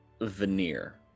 veneer